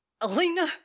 Alina